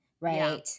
right